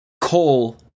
coal